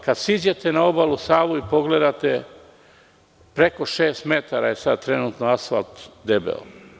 Kad siđete na obalu Save i pogledate, preko šest metara je trenutno asfalt debeo.